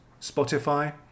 Spotify